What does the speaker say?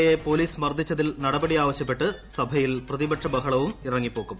A യെ പ്പോലീസ് മർദ്ദിച്ചതിൽ നടപടി ആവശ്യപ്പെട്ട് സിഭയിൽ പ്രതിപക്ഷ ബഹളവും ഇറങ്ങിപ്പോക്കും